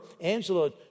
Angela